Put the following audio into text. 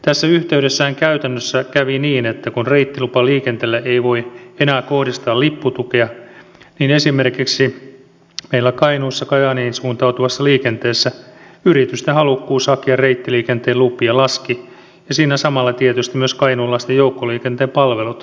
tässä yhteydessähän käytännössä kävi niin että kun reittilupaliikenteelle ei voi enää kohdistaa lipputukea esimerkiksi meillä kainuussa kajaaniin suuntautuvassa liikenteessä yritysten halukkuus hakea reittiliikenteen lupia laski ja siinä samalla tietysti myös kainuulaisten joukkoliikenteen palvelut heikentyivät